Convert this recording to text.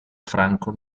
franco